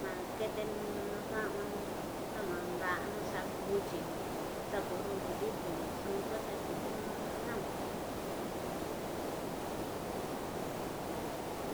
Naketenu da'anguanu, xa nan da'ano xa kutyinu, xa kodono di kini, nxu ku nxu xentiunu nangua.